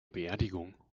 beerdigung